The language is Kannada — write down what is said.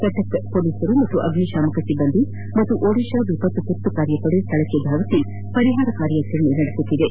ಕಟಕ್ ಪೊಲೀಸರು ಮತ್ತು ಅಗ್ವಿಶಾಮಕ ಸಿಬ್ಲಂದಿ ಹಾಗೂ ಒಡಿಶಾ ವಿಪತ್ತು ತುರ್ತು ಕಾರ್ಯಪಡೆ ಸ್ಗಳಕ್ಕೆ ಧಾವಿಸಿ ಪರಿಹಾರ ಕಾರ್ಯಾಚರಣೆ ನಡೆಸಿವೆ